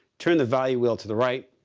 turn the value wheel to the right.